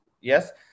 Yes